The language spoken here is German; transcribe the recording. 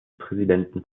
präsidenten